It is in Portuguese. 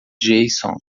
json